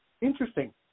Interesting